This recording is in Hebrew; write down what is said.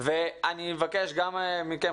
ואני מבקש גם מכם,